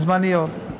בזמני עוד.